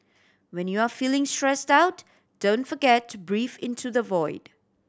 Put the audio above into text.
when you are feeling stressed out don't forget to breathe into the void